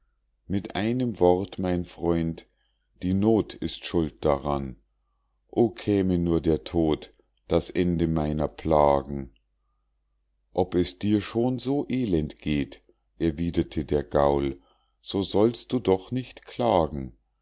mit einem wort mein freund die noth ist schuld daran o käme nur der tod das ende meiner plagen ob es dir schon so elend geht erwiederte der gaul so sollst du doch nicht klagen